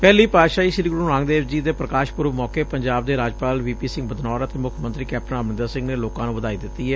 ਪਹਿਲੀ ਪਾਤਸ਼ਾਹੀ ਸ੍ਰੀ ਗੁਰੁ ਨਾਨਕ ਦੇਵ ਜੀ ਦੇ ਪ੍ਰਕਾਸ਼ ਪੁਰਬ ਮੌਕੇ ਪੰਜਾਬ ਦੇ ਰਾਜਪਾਲ ਵੀ ਪੀ ਸਿੰਘ ਬਦਨੌਰ ਅਤੇ ਮੁੱਖ ਮੰਤਰੀ ਕੈਪਟਨ ਅਮਰੰਦਰ ਸਿੰਘ ਨੇ ਲੋਕਾਂ ਨੁੰ ਵਧਾਈ ਦਿੱਤੀ ਏ